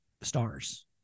stars